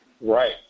Right